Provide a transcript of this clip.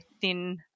thin